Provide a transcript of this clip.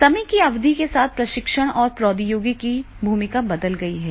समय की अवधि के साथ प्रशिक्षण और प्रौद्योगिकी की भूमिका बदल गई है